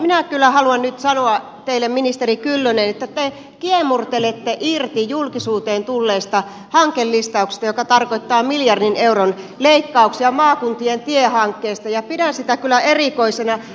minä kyllä haluan nyt sanoa teille ministeri kyllönen että te kiemurtelette irti julkisuuteen tulleesta hankelistauksesta joka tarkoittaa miljardin euron leikkauksia maakuntien tiehankkeisiin ja pidän sitä kyllä erikoisena